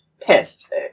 pissed